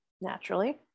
Naturally